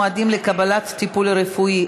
ועדת שרים לענייני ביטחון לאומי),